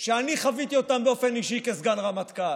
שאני חוויתי באופן אישי כסגן רמטכ"ל.